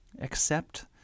accept